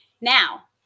Now